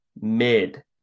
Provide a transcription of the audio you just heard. mid